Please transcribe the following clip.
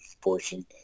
portion